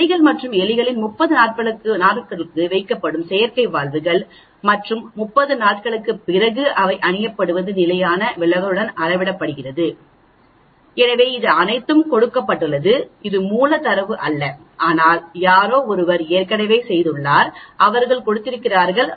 எலிகள் மற்றும் எலிகளில் 30 நாட்களுக்கு வைக்கப்படும் செயற்கை வால்வுகள் மற்றும் 30 நாட்களுக்குப் பிறகு அவை அணியப்படுவது நிலையான விலகலுடன் அளவிடப்படுகிறது எனவே இது அனைத்தும் கொடுக்கப்பட்டுள்ளது இது மூல தரவு அல்ல ஆனால் யாரோ ஒருவர் ஏற்கனவே செய்துள்ளார் அவர்கள் கொடுத்திருக்கிறார்கள்